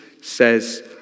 says